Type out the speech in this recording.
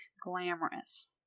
glamorous